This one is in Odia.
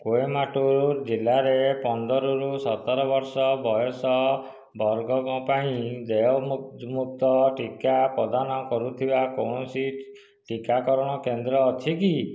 କୋଏମ୍ବାଟୁର ଜିଲ୍ଲାରେ ପନ୍ଦରରୁ ସତର ବର୍ଷ ବୟସ ବର୍ଗଙ୍କ ପାଇଁ ଦେୟମୁକ୍ତ ଟିକା ପ୍ରଦାନ କରୁଥିବା କୌଣସି ଟିକାକରଣ କେନ୍ଦ୍ର ଅଛି କି